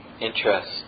interest